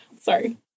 Sorry